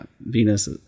Venus